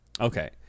Okay